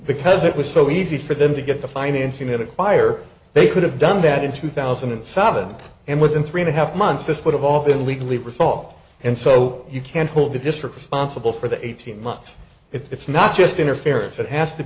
because it was so easy for them to get the financing in a choir they could have done that in two thousand and seven and within three and half months this would have all been legally perform and so you can't hold the district sponsible for the eighteen months it's not just interference it has to